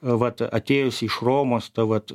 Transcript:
vat atėjusi iš romos ta vat